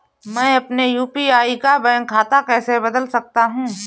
मैं अपने यू.पी.आई का बैंक खाता कैसे बदल सकता हूँ?